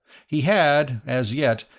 he had, as yet,